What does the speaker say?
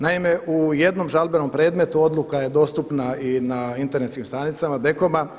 Naime, u jednom žalbenom predmetu odluka je dostupna i na internetskim stranicama DKOM-a.